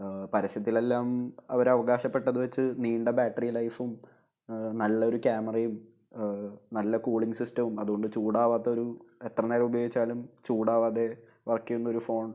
പരസ്യത്തിലെല്ലാം അവർ അവകാശപ്പെട്ടത് വച്ച് നീണ്ട ബാട്ടറി ലൈഫും നല്ല ഒരു ക്യാമറയും നല്ല കൂളിംഗ് സിസ്റ്റവും അത്കൊണ്ട് ചൂടാവാത്ത ഒരു എത്ര നേരം ഉപയോഗിച്ചാലും ചൂടാവാതെ വർക്ക് ചെയ്യുന്ന ഒരു ഫോൺ